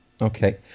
Okay